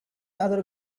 other